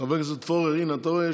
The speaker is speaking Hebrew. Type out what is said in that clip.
חבר הכנסת פורר, הינה, אתה רואה?